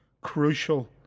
crucial